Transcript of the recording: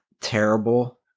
terrible